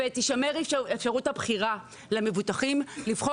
-- שתישמר אפשרות הבחירה למבוטחים לבחור